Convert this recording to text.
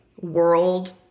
world